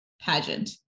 Pageant